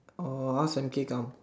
or ask M_K come